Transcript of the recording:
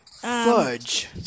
Fudge